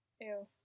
ew